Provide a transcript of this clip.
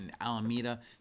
Alameda